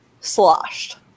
sloshed